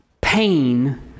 pain